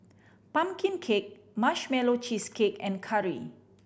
pumpkin cake Marshmallow Cheesecake and curry